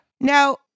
Now